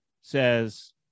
says